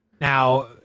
now